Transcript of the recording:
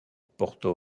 porto